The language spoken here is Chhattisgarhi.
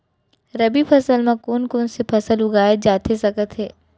रबि फसल म कोन कोन से फसल उगाए जाथे सकत हे?